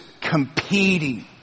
competing